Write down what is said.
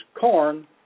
corn